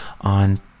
on